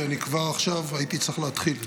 כי אני כבר עכשיו הייתי צריך להתחיל.